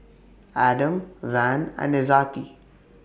Adam Wan and Izzati